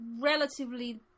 relatively